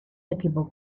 equipo